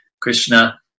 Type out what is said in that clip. Krishna